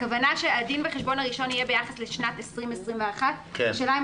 הכוונה היא שהדין וחשבון הראשון יהיה ביחס לשנת 2021. השאלה אם